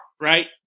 right